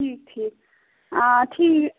ٹھیٖک ٹھیٖک آ ٹھیٖک